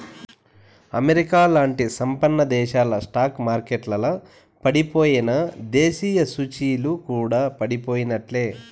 అమెరికాలాంటి సంపన్నదేశాల స్టాక్ మార్కెట్లల పడిపోయెనా, దేశీయ సూచీలు కూడా పడిపోయినట్లే